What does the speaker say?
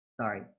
Sorry